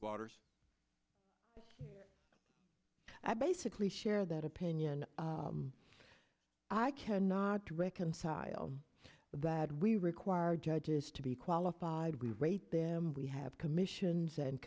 waters i basically share that opinion i cannot reconcile that we require judges to be qualified we rate them we have commissions and